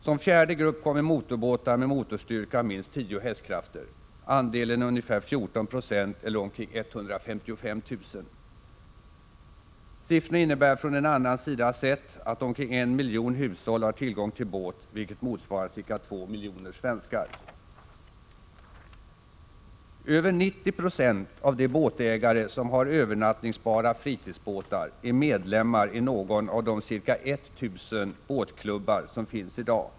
Som fjärde grupp kommer motorbåtar med motorstyrka av minst 10 hästkrafter. Andelen är ungefär 14 90 eller omkring 155 000. Siffrorna innebär, från en annan sida sett, att omkring 1 miljon hushåll har tillgång till båt, vilket motsvarar ca 2 miljoner svenskar. Över 90 96 av de båtägare som har övernattningsbara fritidsbåtar är medlemmar i någon av de ca 1 000 båtklubbar som finns i dag.